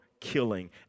killing